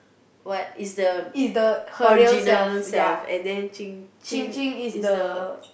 what is the original self and then is the